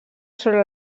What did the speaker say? sobre